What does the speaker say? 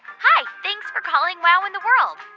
hi. thanks for calling wow in the world.